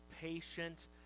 patient